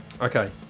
Okay